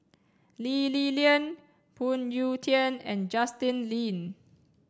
Lee Li Lian Phoon Yew Tien and Justin Lean